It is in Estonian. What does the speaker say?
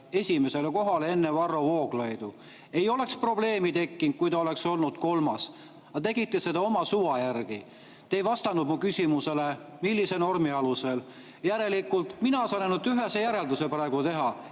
esimesele kohale enne Varro Vooglaidu. Ei oleks probleemi tekkinud, kui ta oleks olnud kolmas. Tegite seda oma suva järgi. Te ei vastanud mu küsimusele, millise normi alusel. Järelikult mina saan praegu teha